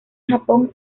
japón